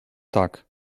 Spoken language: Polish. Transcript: tak